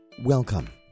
Welcome